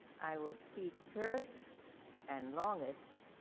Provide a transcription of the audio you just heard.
i will speak first and longest